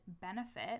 benefit